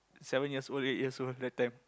seven years old eight years old that time